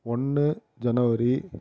ஒன்று ஜனவரி